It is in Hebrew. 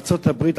ארצות-הברית,